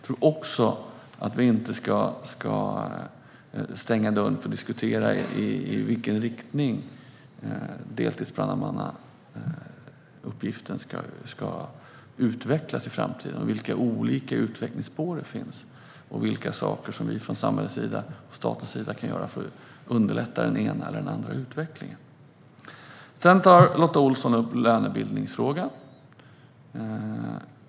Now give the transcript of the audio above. Vi ska inte stänga dörren för att diskutera i vilken riktning deltidsbrandmannauppgiften ska utvecklas i framtiden, vilka olika utvecklingsspår det finns och vilka saker som vi från samhällets och statens sida kan göra för att underlätta den ena eller den andra utvecklingen. Lotta Olsson tog upp lönebildningsfrågan.